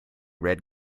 red